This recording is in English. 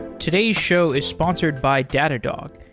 today's show is sponsored by datadog,